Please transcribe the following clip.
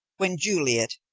when juliet,